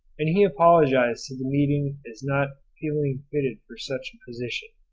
and he apologised to the meeting as not feeling fitted for such a position.